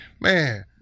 Man